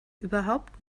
überhaupt